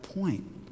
point